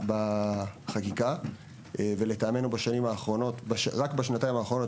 בחקיקה ולטעמנו בשנים האחרונות - רק בשנתיים האחרונות,